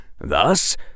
thus